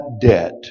debt